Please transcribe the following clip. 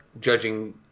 judging